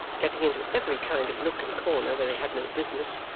getting into every kind of nook and corner where they had no business,